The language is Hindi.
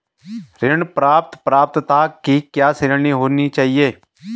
ऋण प्राप्त पात्रता की क्या श्रेणी होनी चाहिए?